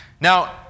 Now